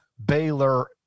baylor